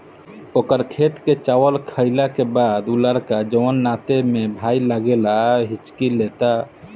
ओकर खेत के चावल खैला के बाद उ लड़का जोन नाते में भाई लागेला हिच्की लेता